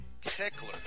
tickler